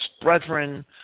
brethren